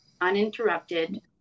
uninterrupted